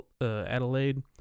Adelaide